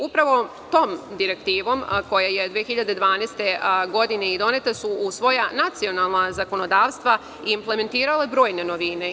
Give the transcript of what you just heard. Upravo su tom direktivom koja je 2012. godine doneta u svoja nacionalna zakonodavstva implementirale brojne novine.